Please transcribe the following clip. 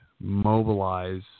mobilize